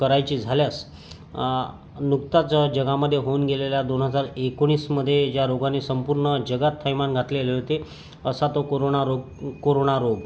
करायची झाल्यास नुकताच ज जगामध्ये होऊन गेलेल्या दोन हजार एकोणीसमध्ये ज्या रोगाने संपूर्ण जगात थैमान घातलेले होते असा तो कोरोना रोग कोरोना रोग